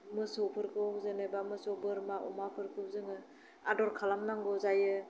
मोसौफोरखौ जेनेबा मोसौ बोरमा अमाफोरखौ जोङो आदर खालामनांगौ जायो